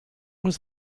was